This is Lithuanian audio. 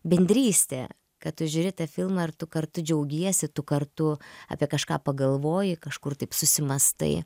bendrystė kad tu žiūri tą filmą ar tu kartu džiaugiesi tu kartu apie kažką pagalvoji kažkur taip susimąstai